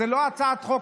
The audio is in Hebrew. זאת לא הצעת חוק,